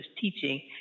teaching